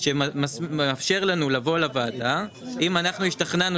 שמאפשר לנו לבוא לוועדה אם אנחנו השתכנענו